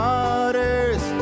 Waters